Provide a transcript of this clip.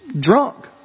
drunk